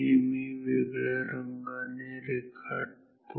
हे मी वेगळ्या रंगाने रेखाटतो